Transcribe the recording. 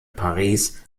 paris